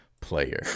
player